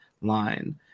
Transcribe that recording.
line